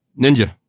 Ninja